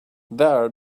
there